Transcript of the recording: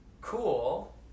cool